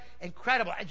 incredible